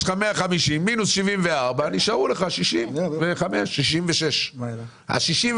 יש לך 150, מינוס 74, נשארו לך 66. לגבי ה-66.